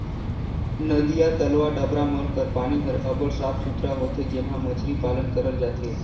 नदिया, तलवा, डबरा मन कर पानी हर अब्बड़ साफ सुथरा होथे जेम्हां मछरी पालन करल जाथे